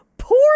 poor